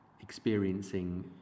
experiencing